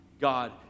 God